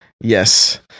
Yes